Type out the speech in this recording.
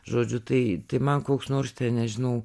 žodžiu tai man koks nors nežinau